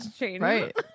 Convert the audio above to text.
Right